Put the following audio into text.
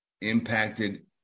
impacted